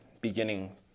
beginning